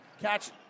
Catch